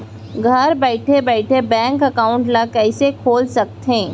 घर बइठे बइठे बैंक एकाउंट ल कइसे खोल सकथे?